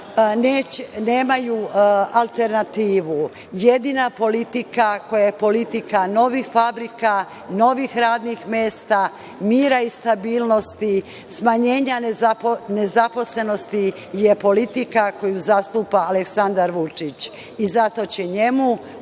nemaju alternativu. Jedina politika je politika novih fabrika, novih radnih mesta, mira i stabilnosti, smanjenja nezaposlenosti. To je politika koju zastupa Aleksandar Vučić i zato će njemu